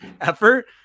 effort